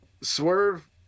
swerve